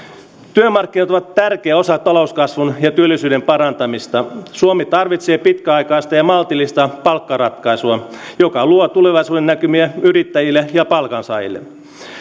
työmarkkinat ovat tärkeä osa talouskasvun ja työllisyyden parantamista suomi tarvitsee pitkäaikaista ja ja maltillista palkkaratkaisua joka luo tulevaisuudennäkymiä yrittäjille ja palkansaajille